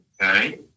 Okay